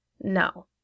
No